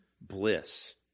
bliss